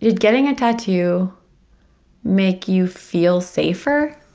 did getting a tattoo make you feel safer?